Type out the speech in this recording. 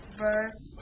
verse